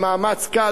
במאמץ קל,